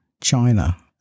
China